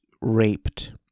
raped